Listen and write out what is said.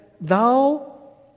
Thou